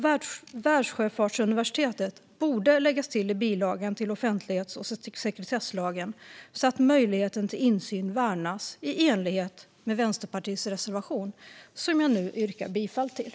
Världssjöfartsuniversitetet borde läggas till i bilagan till offentlighets och sekretesslagen, så att möjligheten till insyn värnas i enlighet med Vänsterpartiets reservation, som jag nu yrkar bifall till.